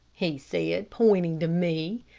he said, pointing to me.